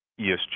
ESG